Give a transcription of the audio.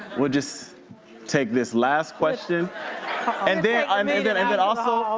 we'll just take this last question and then i mean but i mean also,